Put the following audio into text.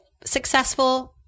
Successful